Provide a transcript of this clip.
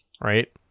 right